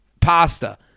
pasta